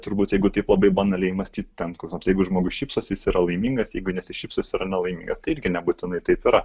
turbūt jeigu taip labai banaliai mąstyt ten koks nors jeigu žmogus šypsosi jis yra laimingas jeigu nesišypso yra nelaimingas tai irgi nebūtinai taip yra